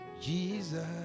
Jesus